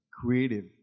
creative